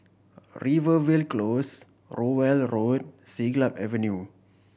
Rivervale Close Rowell Road Siglap Avenue